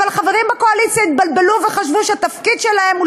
אבל חברים בקואליציה התבלבלו וחשבו שהתפקיד שלהם הוא